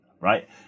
right